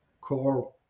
core